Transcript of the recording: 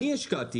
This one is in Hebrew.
אני השקעתי